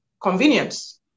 convenience